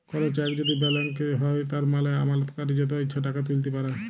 call check যদি balance দিঁয়া হ্যয় তার মালে আমালতকারি যত ইছা টাকা তুইলতে পারে